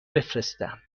بفرستم